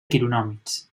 quironòmids